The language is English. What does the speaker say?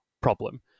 problem